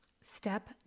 step